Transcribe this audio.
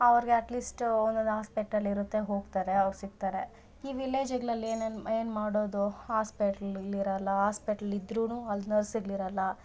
ಅವರಿಗೆ ಅಟ್ಲೀಸ್ಟ್ ಒಂದೊಂದು ಆಸ್ಪೆಟಲ್ ಇರುತ್ತೆ ಹೋಗ್ತಾರೆ ಅವ್ರು ಸಿಗ್ತಾರೆ ಈ ವಿಲೇಜಗ್ಳಲ್ಲಿ ಏನೇನ್ ಏನು ಮಾಡೋದು ಹಾಸ್ಪೆಟ್ಲ್ಗಳಿರಲ್ಲ ಆಸ್ಪೆಟ್ಲ್ ಇದ್ರೂ ಅಲ್ಲಿ ನರ್ಸ್ಗಳಿರಲ್ಲ